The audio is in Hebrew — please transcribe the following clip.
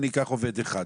אני אקח עובד אחד.